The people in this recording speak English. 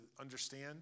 understand